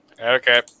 okay